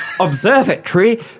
Observatory